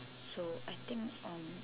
so I think um